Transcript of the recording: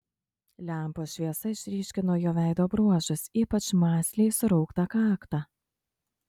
lempos šviesa išryškino jo veido bruožus ypač mąsliai surauktą kaktą